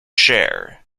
share